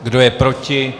Kdo je proti?